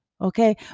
okay